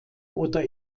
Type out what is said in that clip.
oder